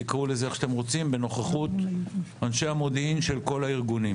תקראו לזה איך שאתם רוצים בנוכחות אנשי המודיעין של כל הארגונים.